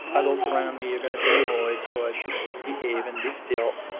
adults around me are going to be annoyed so i should just behave and be still.